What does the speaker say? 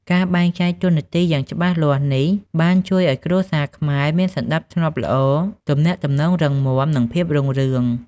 ការបែងចែកតួនាទីយ៉ាងច្បាស់លាស់នេះបានជួយឲ្យគ្រួសារខ្មែរមាន សណ្ដាប់ធ្នាប់ល្អ ទំនាក់ទំនងរឹងមាំ និងភាពរុងរឿង។